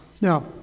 Now